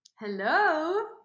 Hello